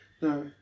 No